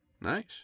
Nice